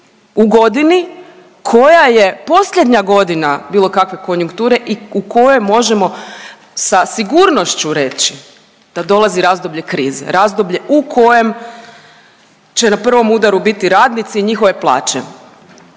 u godini koja je posljednja godina bilo kakve konjukture i u kojoj možemo sa sigurnošću reći da dolazi razdoblje krize, razdoblje u kojem će na prvom udaru biti radnici i njihove plaće,